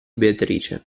beatrice